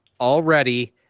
already